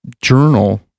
journal